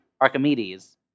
Archimedes